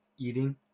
eating